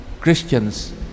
Christians